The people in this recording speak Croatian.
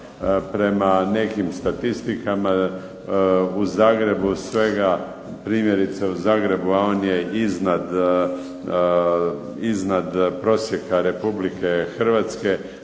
Prema nekim statistikama u Zagrebu je svega, primjerice u Zagrebu a on je iznad prosjeka Republike Hrvatske